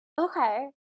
Okay